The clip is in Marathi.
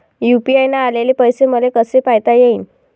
यू.पी.आय न आलेले पैसे मले कसे पायता येईन?